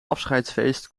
afscheidsfeest